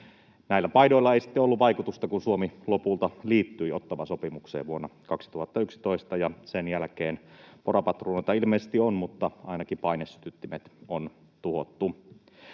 Näillä paidoilla ei sitten ollut vaikutusta, kun Suomi lopulta liittyi Ottawan sopimukseen vuonna 2011, ja sen jälkeen porapatruunoita ilmeisesti on, mutta ainakin painesytyttimet on tuhottu.